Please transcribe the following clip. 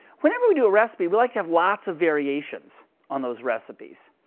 whenever we do a recipe, we like to have lots of variations on those recipes.